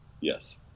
Yes